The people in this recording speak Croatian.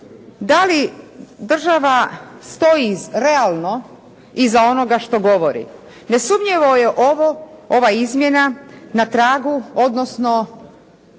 da li država stoji realno iza onoga što govori. Ne sumnjivo je ova izmjena na tragu, odnosno